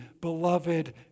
beloved